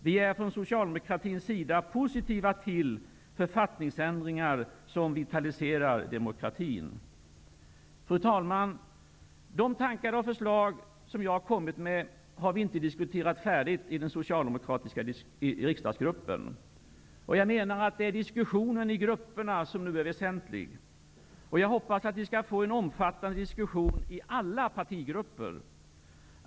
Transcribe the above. Vi är från socialdemokratins sida positiva till författningsändringar som vitaliserar demokratin. Fru talman! De tankar och förslag som jag kommit med har vi inte diskuterat färdigt i den socialdemokratiska riksdagsgruppen. Jag anser att det är diskussionen i grupperna som nu är väsentlig, och hoppas att vi ska få en omfattande diskussion i alla partigrupper.